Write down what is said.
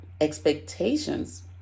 expectations